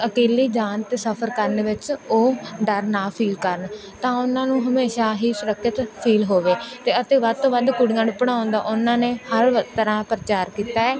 ਅਕੇਲੇ ਜਾਣ 'ਤੇ ਸਫ਼ਰ ਕਰਨ ਵਿੱਚ ਉਹ ਡਰ ਨਾ ਫੀਲ ਕਰਨ ਤਾਂ ਉਹਨਾਂ ਨੂੰ ਹਮੇਸ਼ਾ ਹੀ ਸੁਰੱਖਿਅਤ ਫੀਲ ਹੋਵੇ ਅਤੇ ਅਤੇ ਵੱਧ ਤੋਂ ਵੱਧ ਕੁੜੀਆਂ ਨੂੰ ਪੜ੍ਹਾਉਣ ਦਾ ਉਹਨਾਂ ਨੇ ਹਰ ਤਰ੍ਹਾਂ ਪ੍ਰਚਾਰ ਕੀਤਾ ਹੈ